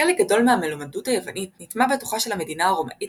חלק גדול מהמלומדות היוונית נטמע בתוכה של המדינה הרומאית